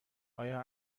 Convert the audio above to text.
آیا